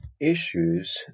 issues